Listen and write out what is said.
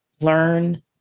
learn